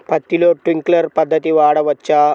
పత్తిలో ట్వింక్లర్ పద్ధతి వాడవచ్చా?